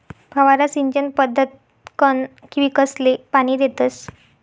फवारा सिंचन पद्धतकंन पीकसले पाणी देतस